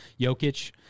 Jokic